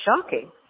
shocking